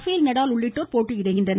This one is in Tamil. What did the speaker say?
பேல் நடால் உள்ளிட்டோர் போட்டியிடுகின்றனர்